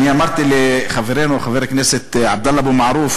אמרתי לחברנו חבר הכנסת עבדאללה אבו מערוף,